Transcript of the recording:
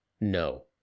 No